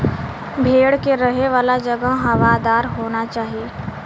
भेड़ के रहे वाला जगह हवादार होना चाही